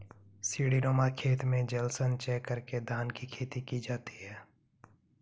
सीढ़ीनुमा खेत में जल संचय करके धान की खेती की जाती है